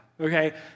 Okay